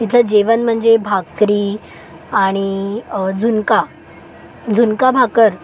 तिथलं जेवण म्हणजे भाकरी आणि झुणका झुणका भाकर